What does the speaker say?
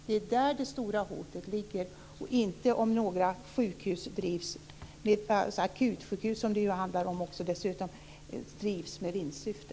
Det är där det stora hotet ligger, och inte i att några akutsjukhus drivs med vinstsyfte.